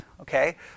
Okay